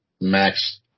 max